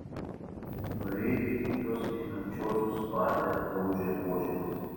kareiviai į juos einančiuosius spardė daužė buožėmis